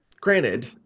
Granted